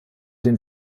den